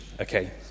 Okay